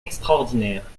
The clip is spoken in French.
extraordinaire